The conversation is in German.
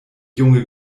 junge